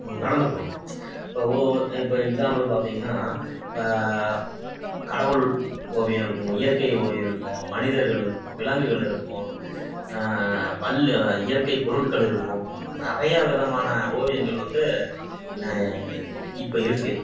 நடந்துக்கணும் இப்போ ஓ இப்போ எக்ஸாம்பிள் பார்த்திங்கன்னா இப்போ கடவுள் ஓவியம் இருக்கும் இயற்கை ஓவியம் இருக்கும் மனிதர்கள் இருக்கும் விலங்குகள் இருக்கும் பல் இயற்கை பொருட்கள் இருக்கும் நிறைய விதமான ஓவியங்கள் வந்து இப்போ இருக்குது